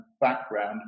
background